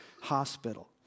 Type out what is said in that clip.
hospital